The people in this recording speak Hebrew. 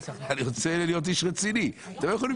אני רוצה להיות איש רציני ואתם לא יכולים